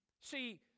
See